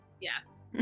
Yes